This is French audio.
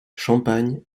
champagne